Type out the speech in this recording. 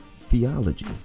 theology